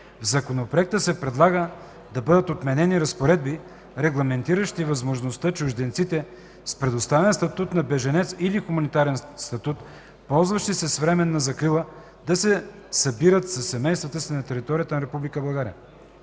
В Законопроекта се предлага да бъдат отменени разпоредби, регламентиращи възможността чужденците с предоставен статут на бежанец или хуманитарен статут, ползващи се с временна закрила, да се събират със семействата си на територията на